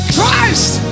Christ